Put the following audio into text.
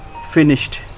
finished